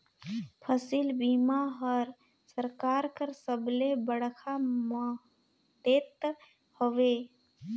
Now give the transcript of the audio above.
फसिल बीमा हर सरकार कर सबले बड़खा मदेत हवे